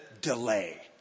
delay